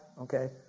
Okay